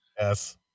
yes